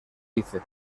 hice